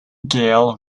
gale